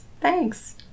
Thanks